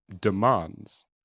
demands